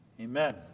amen